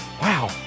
Wow